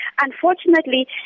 Unfortunately